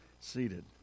seated